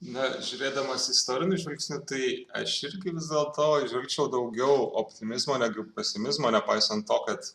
ne žiūrėdamas istoriniu žvilgsniu tai aš irgi vis dėlto įžvelgčiau daugiau optimizmo negu pesimizmo nepaisant to kad